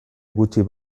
gutxi